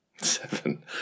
Seven